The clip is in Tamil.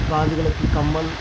காதுகளுக்கு கம்மல்